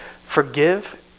forgive